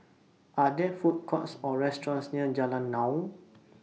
Are There Food Courts Or restaurants near Jalan Naung